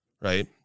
Right